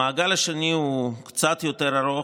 המעגל השני הוא קצת יותר ארוך.